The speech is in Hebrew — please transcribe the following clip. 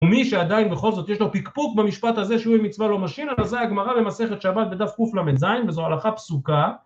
ומי שעדיין בכל זאת יש לו פקפוק במשפט הזה שהוא עם מצווה לא משיל על הזה הגמרא במסכת שבת ודף קל"ז וזו הלכה פסוקה